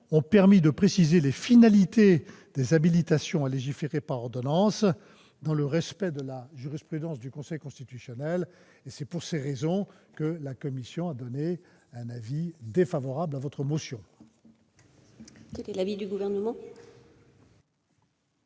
ont permis de préciser les finalités des habilitations à légiférer par ordonnance, dans le respect de la jurisprudence du Conseil constitutionnel. Pour ces raisons, la commission spéciale a émis un avis défavorable sur votre motion. Quel est l'avis du Gouvernement ?